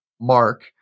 Mark